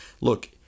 look